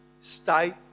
state